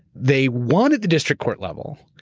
they wanted the district court level.